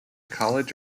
college